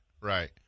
right